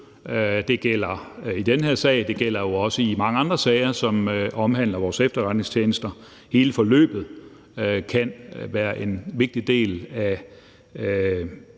Det gælder i den her sag, det gælder jo også mange andre sager, som omhandler vores efterretningstjenester. Hele forløbet kan være en vigtig del af